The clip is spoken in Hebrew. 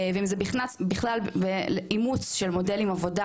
ואם זה בכלל באימוץ של מודלים עבודה